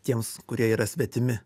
tiems kurie yra svetimi